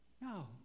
No